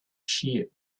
sheep